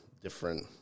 different